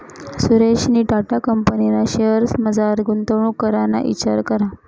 सुरेशनी टाटा कंपनीना शेअर्समझार गुंतवणूक कराना इचार करा